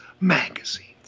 magazines